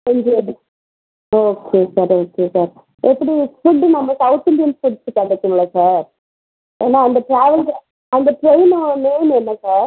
okay sir okay sir எப்படி food நம்ம south Indian foods கிடைக்குங்களா சார் ஏன்னால் அந்த ட்ராவல்லில் அந்த ட்ரெயினு நேம் என்ன சார்